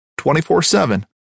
24-7